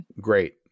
Great